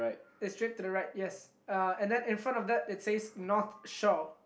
it's straight to the right yes uh and then in front of that it says North Shore